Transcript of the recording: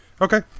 Okay